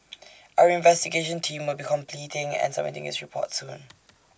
our investigation team will be completing and submitting its report soon